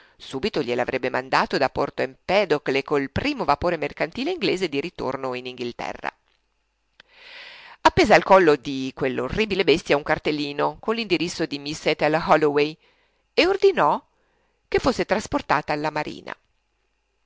subito gliel'avrebbe mandato da porto empedocle col primo vapore mercantile inglese di ritorno in inghilterra appese al collo di quell'orribile bestia un cartellino con l'indirizzo di miss ethel holloway e ordinò che fosse trasportata alla marina